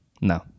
No